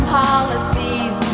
policies